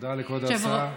תודה לכבוד השר.